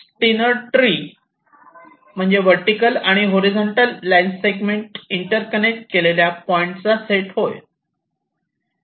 Steiner tree म्हणजे vertical आणि horizontal line segment interconnect केलेल्या पॉईंटचा सेट होय